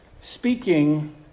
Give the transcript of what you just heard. speaking